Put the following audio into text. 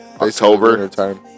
October